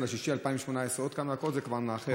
ביוני 2018. עוד כמה דקות אתה כבר מאחר.